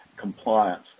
compliance